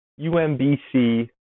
UMBC